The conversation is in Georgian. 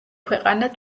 ქვეყანა